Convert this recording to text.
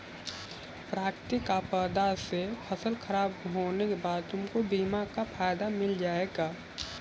प्राकृतिक आपदा से फसल खराब होने के बाद तुमको बीमा का फायदा मिल जाएगा